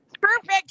Perfect